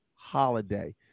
holiday